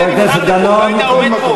חבר הכנסת דני דנון,